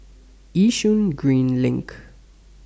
Yishun Green LINK